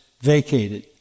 vacated